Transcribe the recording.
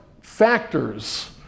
factors